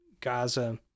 Gaza